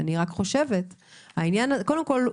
קודם כל,